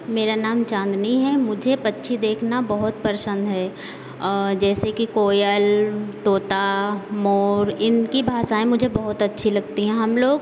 मेरा नाम चांदनी है मुझे पक्षी देखना बहुत पसंद है जैसे कि कोयल तोता मोर इनकी भाषाएँ मुझे बहुत अच्छी लगती है हम लोग